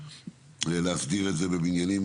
צריך להסדיר את זה גם בבניינים